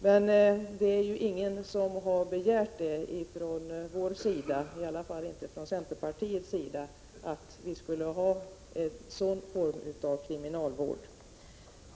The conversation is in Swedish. Men det är ju ingen från vår sida — i varje fall inte från centerpartiets sida — som har föreslagit att vi skulle ha en sådan form av kriminalvård.